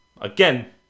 Again